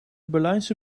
berlijnse